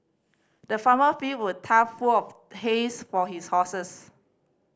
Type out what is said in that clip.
the farmer filled a tough full of hays for his horses